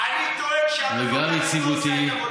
וגם יציבותי.